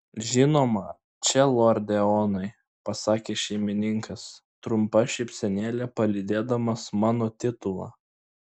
žinoma čia lorde eonai pasakė šeimininkas trumpa šypsenėle palydėdamas mano titulą